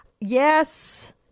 yes